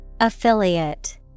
Affiliate